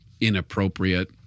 inappropriate